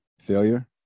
failure